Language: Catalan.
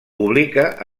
publica